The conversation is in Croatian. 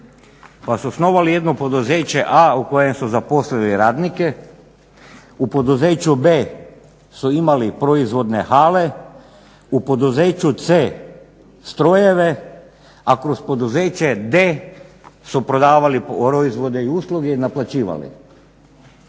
pa su osnovali jedno poduzeće A u kojem su zaposlili radnike, u poduzeću B su imali proizvodne hale, u poduzeću C strojeve, a kroz poduzeće D su prodavali proizvode i usluge i naplaćivali.